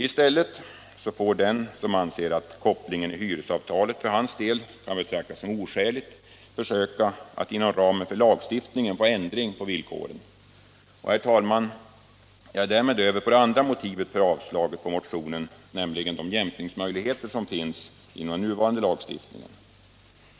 I stället får den som anser att kopplingen i hyresavtalet för hans del kan betraktas som oskälig försöka att inom ramen för lagstiftningen få ändring av villkoren. Herr talman! Jag är därmed över på det andra motivet för avslag på motionen, nämligen de jämkningsmöjligheter som finns inom nuvarande lagstiftning.